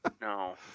No